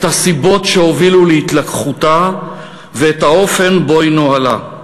את הסיבות שהובילו להתלקחותה ואת האופן שבו היא נוהלה,